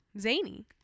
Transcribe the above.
zany